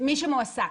מי שמועסק.